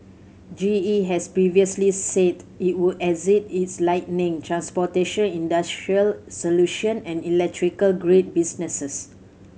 G E has previously said it would exit its lighting transportation industrial solution and electrical grid businesses